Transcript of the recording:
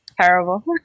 Terrible